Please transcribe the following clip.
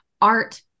art